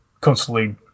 constantly